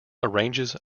arranges